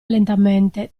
lentamente